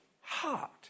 heart